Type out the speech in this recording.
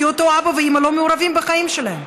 כי אותו אבא או אותה אימא לא מעורבים בחיים שלו?